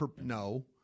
No